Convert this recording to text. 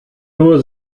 nur